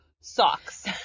Socks